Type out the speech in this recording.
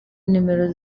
nimero